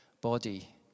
body